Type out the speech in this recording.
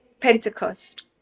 Pentecost